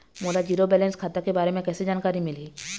मोला zero balance खाता के बारे म कैसे जानकारी मिलही?